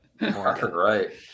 Right